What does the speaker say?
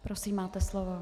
Prosím, máte slovo.